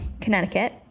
Connecticut